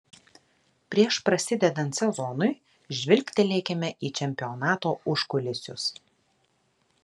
prieš prasidedant sezonui žvilgtelėkime į čempionato užkulisius